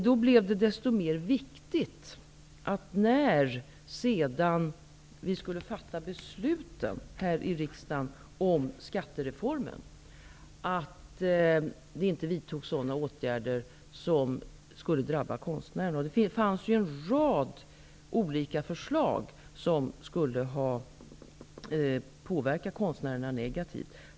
När vi sedan skulle fatta beslut i riksdagen om skattereformen blev det desto mera viktigt att vi inte vidtog sådana åtgärder som skulle drabba konstnärerna. Det fanns en rad olika förslag som skulle ha påverkat konstnärerna negativt.